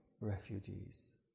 refugees